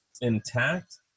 intact